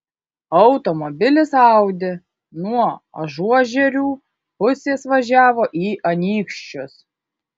automobilis audi nuo ažuožerių pusės važiavo į anykščius